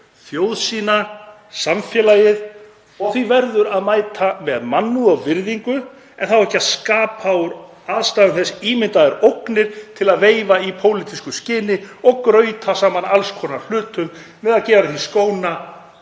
þjóð sína og samfélagið. Því verður að mæta með mannúð og virðingu en ekki skapa úr aðstæðum þess ímyndaðar ógnir til að veifa í pólitísku skyni og grauta saman alls konar hlutum með að gera að því skóna